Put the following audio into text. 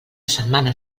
setmana